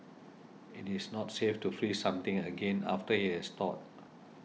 it is not safe to freeze something again after it has thawed